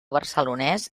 barcelonès